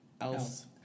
else